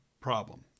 problem